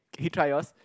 can you try yours